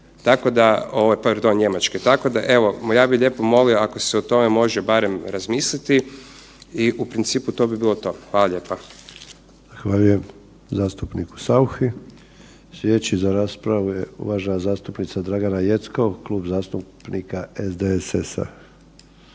Tako da, pardon, Njemačke, tako da evo, ja bih lijepo molio ako se o tome može barem razmisliti i u principu, to bi bilo to. Hvala lijepo. **Sanader, Ante (HDZ)** Hvala zastupniku Sauchi. Sljedeći za raspravu je uvažena zastupnica Dragana Jeckov, Klub zastupnika SDSS-a.